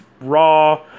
raw